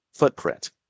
footprint